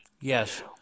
Yes